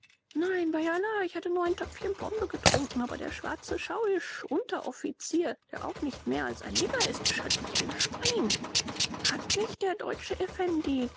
nein bei allah ich hatte nur ein töpfchen pombe getrunken aber der schwarze schauisch unteroffizier der auch nicht mehr als ein neger ist schalt mich ein schwein hat nicht der deutsche